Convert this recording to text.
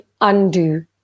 undo